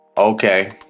okay